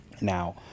now